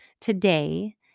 today